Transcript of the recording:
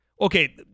okay